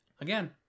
again